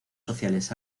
sociales